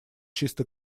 чисто